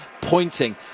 pointing